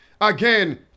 Again